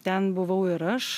ten buvau ir aš